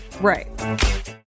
Right